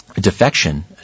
defection